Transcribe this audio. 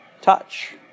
touch